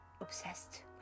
obsessed